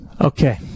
Okay